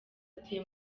atuye